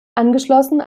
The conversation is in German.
angeschlossen